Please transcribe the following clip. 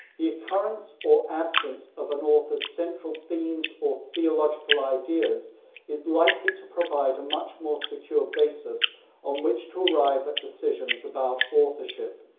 the occurrence or absence of an author's central themes or theological ideas is likely to provide a much more secure basis on which to arrive at decisions about authorship.